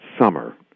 summer